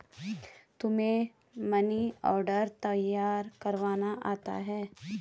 तुम्हें money order तैयार करवाना आता है?